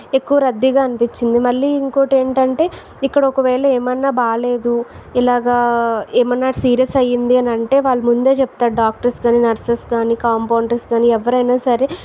ఎక్కువ రద్దీగా అనిపించింది మళ్ళీ ఇంకొకటి ఏంటంటే ఇక్కడ ఒకవేళ ఏమన్నా బాగాలేదు ఇలాగా ఏమన్నా సీరియస్ అయ్యింది అని అంటే వాళ్ళు ముందే చెప్తారు డాక్టర్స్ కాని నర్సెస్ కానీ కాంపౌండర్స్ కాని ఎవరైనా సరే